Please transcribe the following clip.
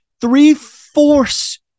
three-fourths